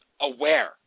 aware